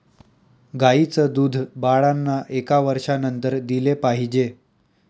गाईचं दूध बाळांना एका वर्षानंतर दिले पाहिजे